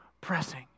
pressing